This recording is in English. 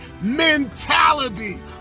mentality